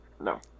No